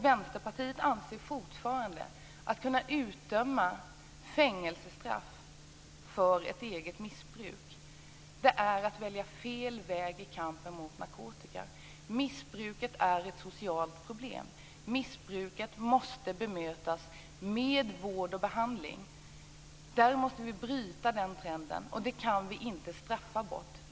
Vänsterpartiet anser fortfarande att fängelsestraff för eget missbruk är att välja fel väg i kampen mot narkotika. Missbruket är ett socialt problem. Missbruket måste bemötas med vård och behandling. Där måste vi bryta trenden. Vi kan inte straffa bort den.